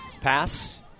Pass